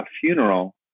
funeral